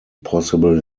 possible